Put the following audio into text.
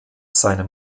seine